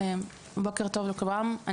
בוקר טוב לכולם,